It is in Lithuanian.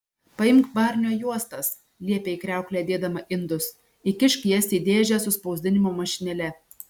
paimk barnio juostas liepė į kriauklę dėdama indus įkišk jas į dėžę su spausdinimo mašinėle